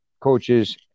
coaches